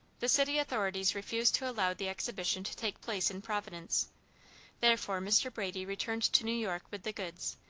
the city authorities refused to allow the exhibition to take place in providence therefore mr. brady returned to new york with the goods,